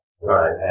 Right